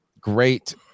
great